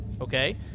okay